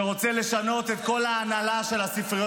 שרוצה לשנות את כל ההנהלה של הספריות